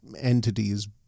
entities